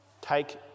Take